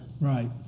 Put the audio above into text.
Right